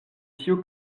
tiu